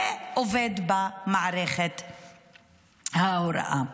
ועובד במערכת ההוראה.